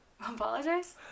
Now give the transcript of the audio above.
apologize